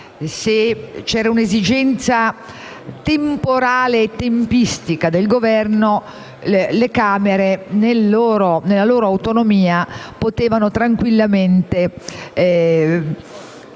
se c'era un'esigenza temporale e tempistica del Governo, le Camere, nella loro autonomia, avrebbero potuto tranquillamente